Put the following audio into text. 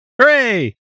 Hooray